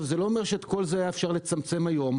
זה לא אומר שאת כל זה היה אפשר לצמצם היום,